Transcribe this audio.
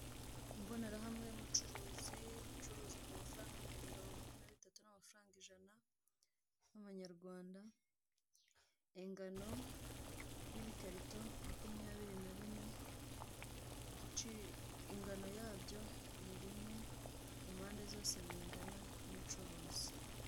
Imbonerahamwe y'ubucuruzi' ucuruza ku mafaranga ibihumbi mirongo ine na bitatu n'amafaranga ijana y'amanyarwanda, ingano y'ibikarito makumyabiri na bine ingano yabyo ni rimwe mu mpande zose bingana nk'umucuruzi.